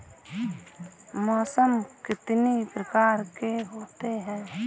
मौसम कितनी प्रकार के होते हैं?